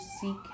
seek